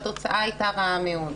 התוצאה הייתה רעה מאוד.